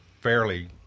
fairly